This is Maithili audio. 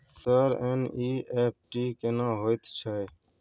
सर एन.ई.एफ.टी केना होयत छै?